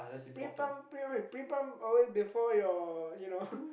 pre pump pre uh pre pump always before your you know